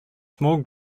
small